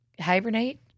hibernate